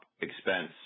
expense